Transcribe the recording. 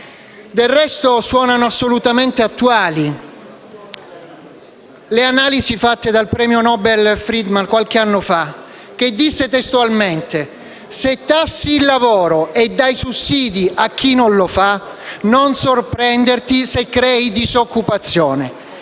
Del resto, suonano assolutamente attuali le analisi fatte qualche anno fa dal premio Nobel Friedman, che disse testualmente: «Se tassi il lavoro e dai sussidi a chi non lo fa, non sorprenderti se crei disoccupazione».